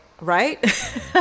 right